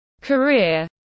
career